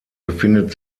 befindet